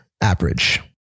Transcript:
average